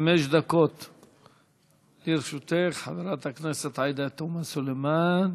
חמש דקות לרשותך, חברת הכנסת עאידה תומא סלימאן.